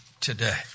today